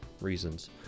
reasons